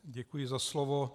Děkuji za slovo.